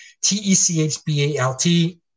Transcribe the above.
T-E-C-H-B-A-L-T